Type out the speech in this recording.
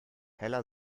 heller